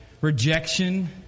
rejection